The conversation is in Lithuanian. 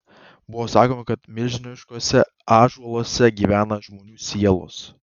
buvo sakoma kad milžiniškuose ąžuoluose gyvena žmonių sielos